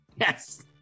Yes